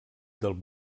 del